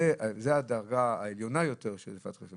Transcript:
זו הדרגה העליונה יותר של רדיפת חסד,